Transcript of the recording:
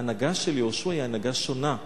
ההנהגה של יהושע היא הנהגה שונה.